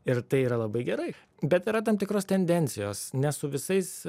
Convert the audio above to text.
ir tai yra labai gerai bet yra tam tikros tendencijos nes su visais